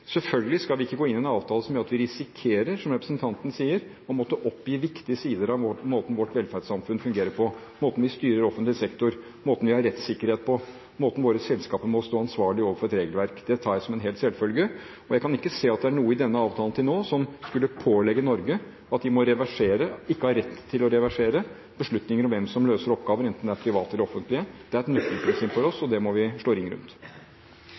Selvfølgelig skal vi ikke gå inn i en avtale som gjør at vi risikerer – som representanten sier – å måtte oppgi viktige sider av måten vårt velferdssamfunn fungerer på: måten vi styrer offentlig sektor på, måten vi har rettssikkerhet på, måten våre selskaper må stå ansvarlig overfor et regelverk på. Det tar jeg som en selvfølge. Jeg kan ikke se at det er noe i denne avtalen til nå som skulle pålegge Norge å reversere, eller ikke ha rett til å reversere, beslutninger om hvem som løser oppgaver, enten det er det private eller det offentlige. Det er et nøkkelprinsipp for oss, og det må vi slå ring rundt.